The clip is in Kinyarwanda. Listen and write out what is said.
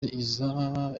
iza